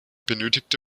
benötigte